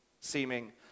seeming